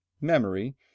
memory